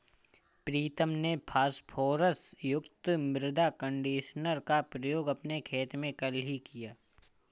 प्रीतम ने फास्फोरस युक्त मृदा कंडीशनर का प्रयोग अपने खेत में कल ही किया